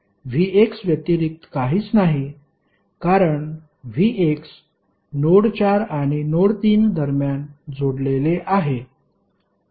V4 Vx व्यतिरिक्त काहीच नाही कारण Vx नोड 4 आणि नोड 3 दरम्यान जोडलेले आहे